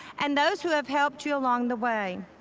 and those who have helped you along the way.